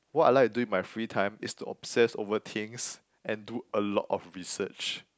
what I like to do in my free time is to obsess over things and do a lot of research